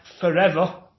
forever